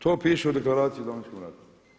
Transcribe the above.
To piše u Deklaraciji o Domovinskom ratu.